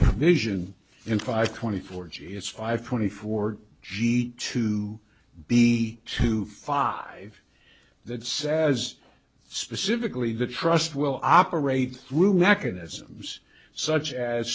provision in five twenty four g it's five twenty four g to be two five that says specifically the trust will operate through mechanisms such as